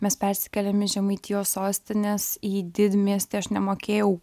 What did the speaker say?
mes persikėlėm iš žemaitijos sostinės į didmiestį aš nemokėjau